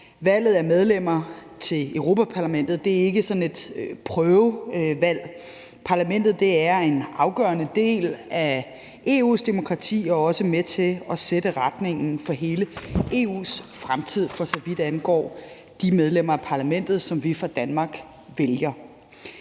Valget af medlemmer til Europa-Parlamentet er ikke sådan et prøvevalg. Parlamentet er en afgørende del af EU's demokrati, og det er også med til at sætte retningen for hele EU's fremtid, for så vidt angår de medlemmer af parlamentet, som vi fra Danmark vælger.